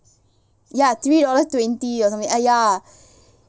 ya three dollars twenty or something ya